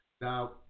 Now